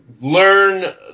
learn